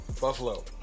Buffalo